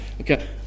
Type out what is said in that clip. Okay